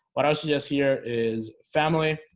what else? yes here is family